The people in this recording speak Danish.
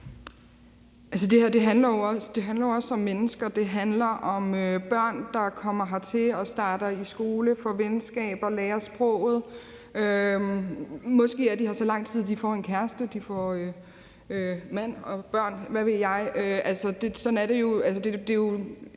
det her handler jo også om mennesker. Det handler om børn, der kommer hertil og starter i skole, får venskaber og lærer sproget. Måske er de her så lang tid, at de får en kæreste og får mand og børn, og hvad ved jeg. Sådan er det jo.